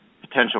potential